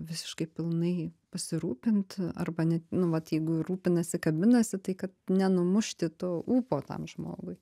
visiškai pilnai pasirūpint arba net nu vat jeigu ir rūpinasi kabinasi tai kad nenumušti to ūpo tam žmogui